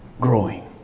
growing